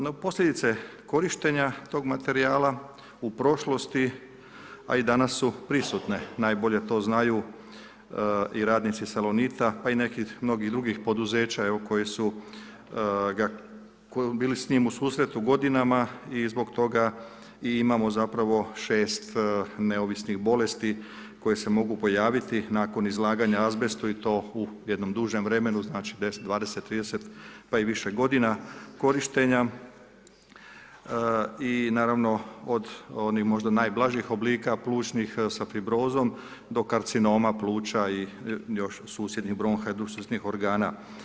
No posljedice korištenja tog materijala u prošlosti a i danas su prisutne, najbolje to znaju i radnici salonita pa i nekih mnogih drugih poduzeća koji su bili s njim u susretu godinama i zbog toga i imamo zapravo 6 neovisnih bolesti koje se mogu pojaviti nakon izlaganja azbestu i to u jednom dužem vremenu, znači 10, 20, 30 pa i više godina korištenja i naravno od onih možda najblažih oblika plućnih sa fibrozom do karcinoma, pluća i susjednih bronha i ... organa.